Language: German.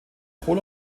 hohl